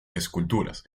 esculturas